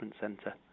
centre